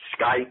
Skype